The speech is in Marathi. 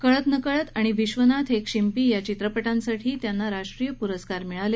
कळत नकळत आणि विश्वनाथ एक शिंपी या चित्रपटांसाठी त्यांना राष्ट्रीय पुरस्कार मिळाले